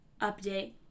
update